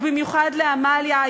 ובמיוחד לעמליה,